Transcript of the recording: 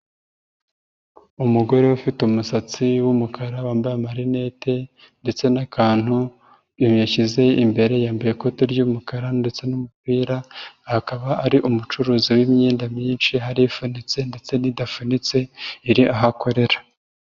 Umugore ufite umusatsi w'umukara, wambaye amarinete ndetse n'akantu yashyize imbere, yambaye ikote ry'umukara ndetse n'umupira, akaba ari umucuruzi w'imyenda myinshi, hari ifunitse ndetse n'idafunitse, iri aho akorera.